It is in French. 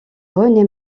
rené